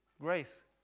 Grace